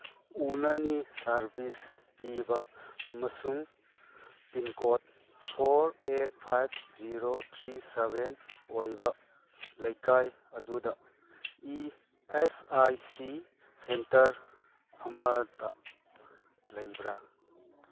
ꯎꯅꯅꯤ service ꯄꯤꯕ ꯑꯃꯁꯨꯡ pincode four eight five zero three seven ꯑꯣꯏꯕ ꯂꯩꯀꯥꯏ ꯑꯗꯨꯗ E S I C centre ꯑꯃꯗ ꯂꯩꯕ꯭ꯔꯥ